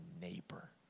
neighbor